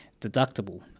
deductible